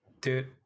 Dude